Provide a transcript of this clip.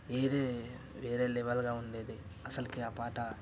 ఏదే వేరే లెవెల్గా ఉండేది అసలకి ఆ పాట